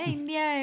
India